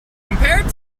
compared